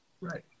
Right